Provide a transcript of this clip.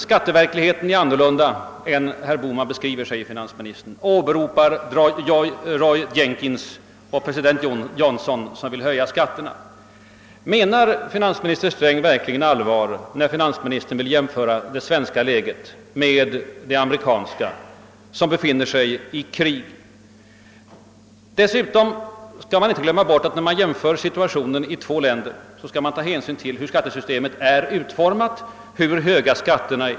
Skatteverkligheten är annorlunda än herr Bohman beskriver den, säger finansministern, och åberopar Roy Jenkins och president Johnson, som vill höja skatterna. Menar finansminister Sträng verkligen allvar när han vill jämföra den svenska ekonomin med den amerikanska — Förenta staterna befinner sig ju i krig! Dessutom måste man vid en jämförelse av situationen i två länder ta hänsyn till hur skattesystemen är utformade och hur höga skatterna är.